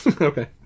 Okay